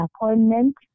appointment